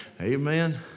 Amen